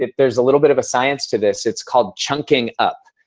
there's a little bit of a science to this, it's called chunking up.